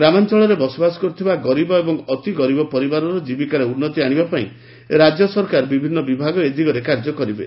ଗ୍ରାମାଅଳରେ ବସବାସ କରୁଥିବା ଗରିବ ଏବଂ ଅତି ଗରିବ ପରିବାରର ଜୀବିକାରେ ଉନ୍ନତି ଆଶିବାପାଇଁ ରାକ୍ୟ ସରକାରଙ୍କର ବିଭିନ୍ ବିଭାଗ ଏ ଦିଗରେ କାର୍ଯ୍ୟ କରିବେ